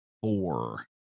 Four